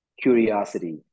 curiosity